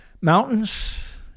Mountains